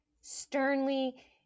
sternly